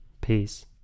peace